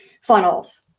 funnels